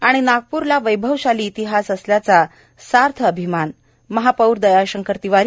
आणि नागपूरला वैभवशाली इतिहास असल्याचा सार्थ अभिमान माहपौर दयाशंकर तिवारी